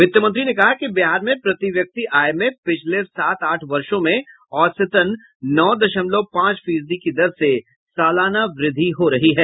वित्त मंत्री ने कहा कि बिहार में प्रति व्यक्ति आय में पिछले सात आठ वर्षो में औसतन नौ दशमलव पांच फीसदी की दर से सलाना वृद्धि हो रही है